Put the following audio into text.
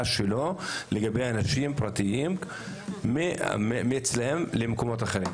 שלו לגבי אנשים פרטיים ממנו למקומות אחרים?